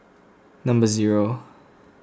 number zero